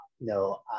no